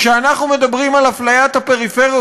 כשאנחנו מדברים על אפליית הפריפריות,